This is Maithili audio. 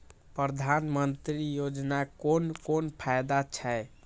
प्रधानमंत्री योजना कोन कोन फायदा छै?